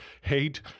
Hate